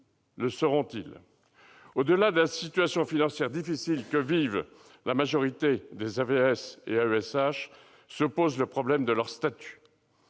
sera-t-il ? Au-delà de la situation financière difficile que vivent la majorité des AVS ou AESH, se pose le problème de leur statut.